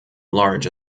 large